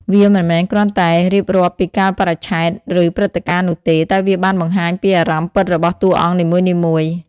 វាមិនមែនគ្រាន់តែរៀបរាប់ពីកាលបរិច្ឆេទ ឬព្រឹត្តិការណ៍នោះទេ តែវាបានបង្ហាញពីអារម្មណ៍ពិតរបស់តួអង្គនីមួយៗ។